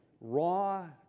raw